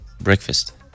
Breakfast